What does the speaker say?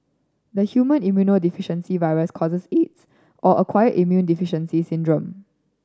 the human immunodeficiency virus causes Aids or acquired immune deficiency syndrome